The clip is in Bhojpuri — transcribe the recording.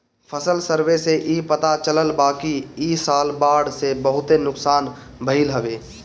फसल सर्वे से इ पता चलल बाकि इ साल बाढ़ से बहुते नुकसान भइल हवे